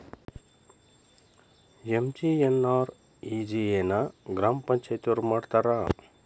MGNREGA ನ ಗ್ರಾಮ ಪಂಚಾಯತಿಯೊರ ಮಾಡ್ತಾರಾ?